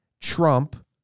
trump